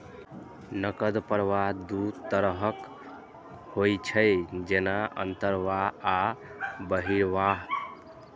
नकद प्रवाह दू तरहक होइ छै, जेना अंतर्वाह आ बहिर्वाह